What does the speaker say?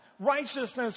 Righteousness